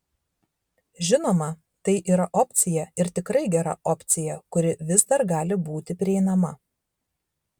žinoma tai yra opcija ir tikrai gera opcija kuri vis dar gali būti prieinama